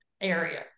area